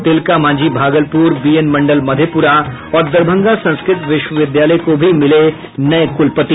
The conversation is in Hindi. तिलका मांझी भागलपुर बीएन मंडल मधेपुरा और दरभंगा संस्कृत विश्वविद्यालय को भी मिले नये कुलपति